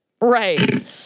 Right